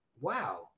wow